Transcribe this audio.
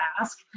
ask